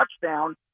touchdown